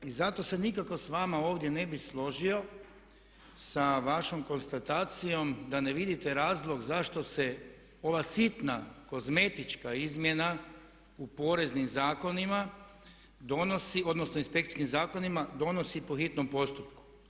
I zato se nikako s vama ovdje ne bi složio sa vašom konstatacijom da ne vidite razlog zašto se ova sitna kozmetička izmjena u poreznim zakonima donosi, odnosno, odnosno inspekcijskim zakonima donosi po hitnom postupku.